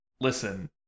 Listen